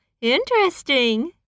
interesting